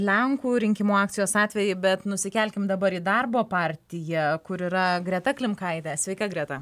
lenkų rinkimų akcijos atvejį bet nusikelkim dabar į darbo partiją kur yra greta klimkaitė sveika greta